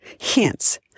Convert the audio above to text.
hence